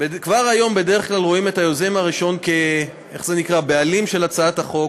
כבר היום בדרך כלל רואים את היוזם הראשון כ"בעלים" של הצעת החוק,